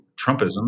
Trumpism